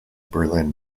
berlin